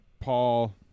paul